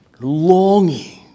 longing